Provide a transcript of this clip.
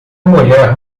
mulher